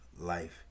life